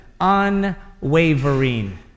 unwavering